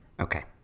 Okay